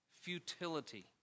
futility